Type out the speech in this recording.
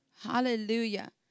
Hallelujah